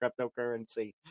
cryptocurrency